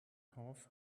half